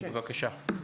בבקשה.